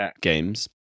games